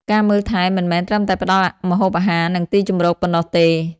ការមើលថែ មិនមែនត្រឹមតែផ្ដល់ម្ហូបអាហារ និងទីជម្រកប៉ុណ្ណោះទេ។